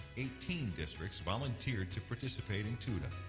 eighteen districts volunteered to participate in tuda,